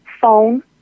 phone